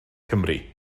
cymru